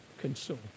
Consumed